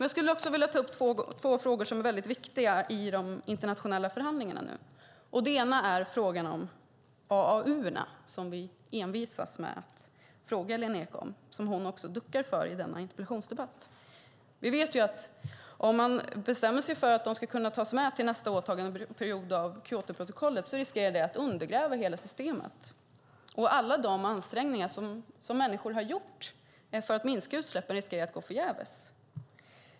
Jag skulle vilja ta upp två frågor som är väldigt viktiga i de internationella förhandlingarna. Den ena är frågan om AAU som vi envisas med att fråga Lena Ek om och som hon duckar för i denna interpellationsdebatt. Vi vet att om man bestämmer sig för att de ska kunna tas med till nästa åtagandeperiod av Kyotoprotokollet riskerar det att undergräva hela systemet, och alla de ansträngningar som människor har gjort för att minska utsläppen riskerar att vara förgäves.